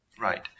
Right